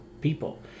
people